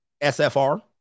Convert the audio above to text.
SFR